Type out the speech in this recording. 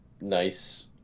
nice